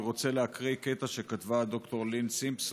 אני רוצה להקריא קטע שכתבה ד"ר לין סימפסון,